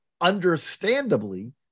understandably